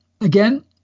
Again